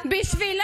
משרד